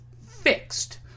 fixed